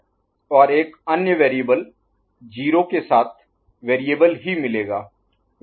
और एक अन्य वेरिएबल 0 के साथ वेरिएबल ही मिलेगा